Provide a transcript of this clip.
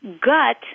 gut